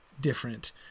different